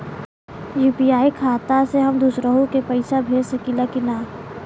UPI खाता से हम दुसरहु के पैसा भेज सकीला की ना?